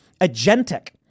agentic